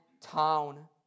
town